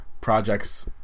projects